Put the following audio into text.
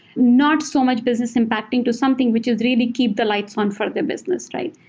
not so much business impacting to something which is really keep the lights on for the business, right?